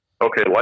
Okay